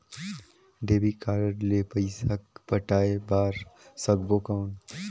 Debit card ले पइसा पटाय बार सकबो कौन?